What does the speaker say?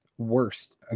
Worst